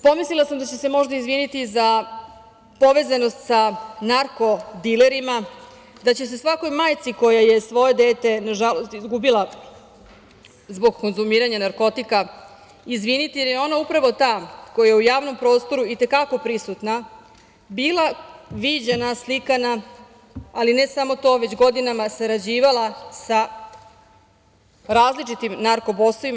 Pomislila sam da će se možda izviniti za povezanost sa narkodilerima, da će se svakoj majci koja je svoje dete nažalost izgubila zbog konzumiranja narkotika, jer je ona upravo ta koja je u javnom prostoru i te kako prisutna, bila viđena, slikana, ali ne samo to, već godinama sarađivala sa različitim narkobosovima.